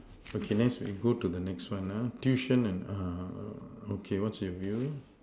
okay next we go to the next one lah tuition and okay what's with you